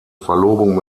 verlobung